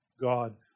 God